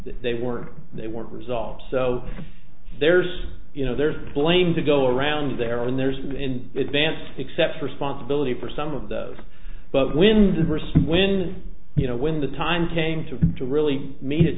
they weren't they weren't resolved so there's you know there's blame to go around there and there's room in advance to accept responsibility for some of those but when diverse when you know when the time came to to really meet it